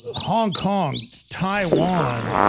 hong kong taiwan